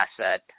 asset